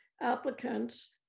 applicants